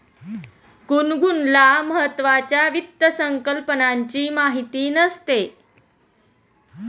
गुनगुनला महत्त्वाच्या वित्त संकल्पनांची माहिती नसते